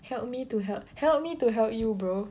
help me to help help me to help you bro